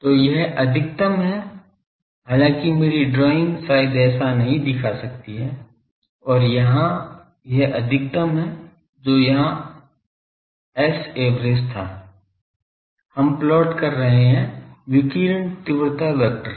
तो यह अधिकतम है हालांकि मेरी ड्राइंग शायद ऐसा नहीं दिखा सकती है और यहां यह अधिकतम है जो यहां Sav था हम प्लॉट कर रहे हैं विकिरण तीव्रता वेक्टर